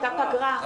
הייתה פגרה.